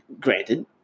Granted